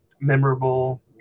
Memorable